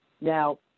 Now